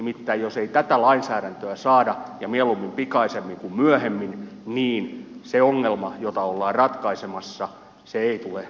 nimittäin jos tätä lainsäädäntöä ei saada ja mieluummin pikaisemmin kuin myöhemmin niin se ongelma jota ollaan ratkaisemassa ei tule selkiintymään